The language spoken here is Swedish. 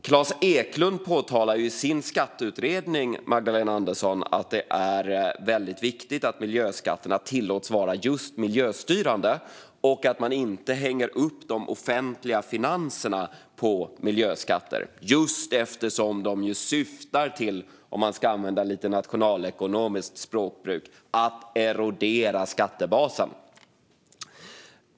Klas Eklund påpekar i sin skatteutredning, Magdalena Andersson, att det är väldigt viktigt att miljöskatterna tillåts vara just miljöstyrande och att man inte hänger upp de offentliga finanserna på miljöskatter just eftersom de syftar till - om man ska använda nationalekonomiskt språkbruk - att erodera skattebasen.